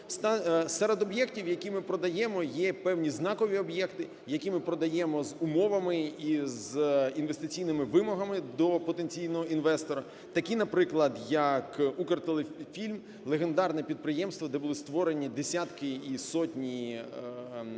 Серед об'єктів, які ми продаємо, є певні знакові об'єкти, які ми продаємо з умовами і з інвестиційними вимогами до потенційного інвестора, такі, наприклад, як "Укртелефільм" - легендарне підприємство, де були створені десятки і сотні